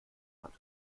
hat